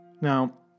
Now